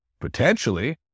Potentially